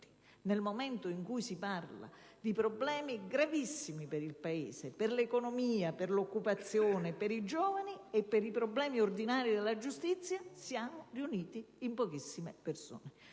nel momento in cui si parla di questioni gravissime per il Paese, per l'economia, per l'occupazione, per i giovani e di problemi ordinari della giustizia siamo riuniti in pochissime persone.